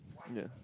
yeah